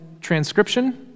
transcription